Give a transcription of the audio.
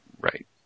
Right